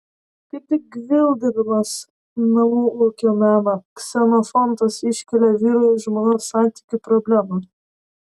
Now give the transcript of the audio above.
kaip tik gvildendamas namų ūkio meną ksenofontas iškelia vyro ir žmonos santykių problemą